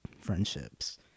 friendships